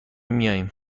میایم